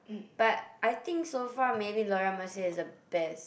but I think so far maybe Laura-Mercier is the best